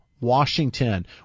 Washington